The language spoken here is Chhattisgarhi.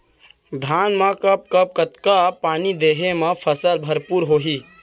धान मा कब कब कतका पानी देहे मा फसल भरपूर होही?